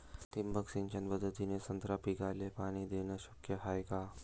ठिबक सिंचन पद्धतीने संत्रा पिकाले पाणी देणे शक्य हाये का?